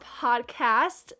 Podcast